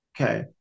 Okay